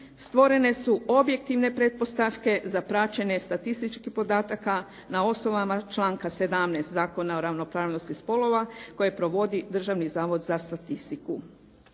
stvorene su objektivne pretpostavke za praćenje statističkih podataka na osnovama članka 17. Zakona o ravnopravnosti spolova koje provodi Državni zavod za statistiku.